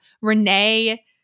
Renee